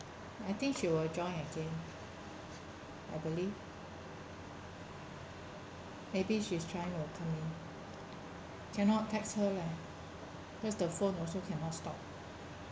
I think she will join again I believe maybe she's trying or come in cannot text her lah cause the phone also cannot stop